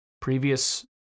previous